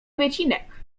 wycinek